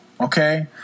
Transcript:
Okay